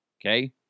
Okay